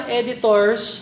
editors